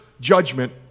judgment